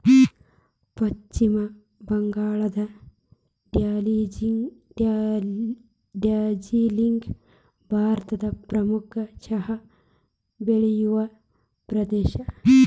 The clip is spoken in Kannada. ಪಶ್ಚಿಮ ಬಂಗಾಳದ ಡಾರ್ಜಿಲಿಂಗ್ ಭಾರತದ ಪ್ರಮುಖ ಚಹಾ ಬೆಳೆಯುವ ಪ್ರದೇಶ